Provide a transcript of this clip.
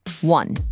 One